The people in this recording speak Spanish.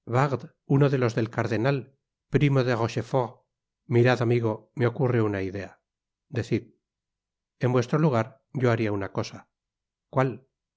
uno de los del cardenal primo de rochefort mirad amigo me ocurre una idea decid en vuestro lugar yo haria una cosa cual